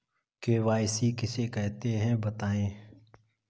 KYC किसे कहते हैं बताएँ?